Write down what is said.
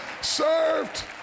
served